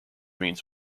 means